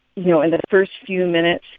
you know in the first few minutes